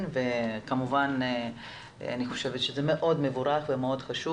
וכמובן אני חושבת שזה מאוד מבורך וחשוב.